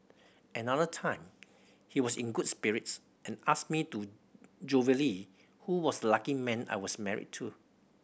another time he was in good spirits and asked me to jovially who was lucky man I was married to